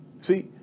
See